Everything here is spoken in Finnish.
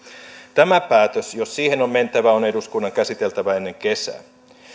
tämä päätös jos siihen on mentävä on eduskunnan käsiteltävä ennen kesää